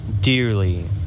Dearly